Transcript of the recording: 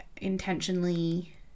intentionally